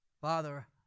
Father